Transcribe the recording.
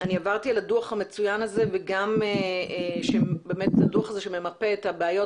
אני עברתי על הדו"ח המצוין הזה שממפה את הבעיות